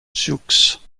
jouxte